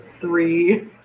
three